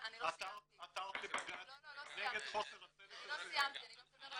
עתרת --- אני לא סיימתי.